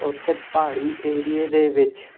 ਉੱਥੇ ਪਹਾੜੀ ਏਰੀਏ ਦੇ ਵਿੱਚ